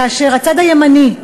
כשהצד הימני,